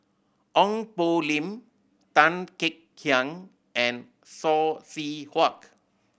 Ong Poh Lim Tan Kek Hiang and Saw Swee Hock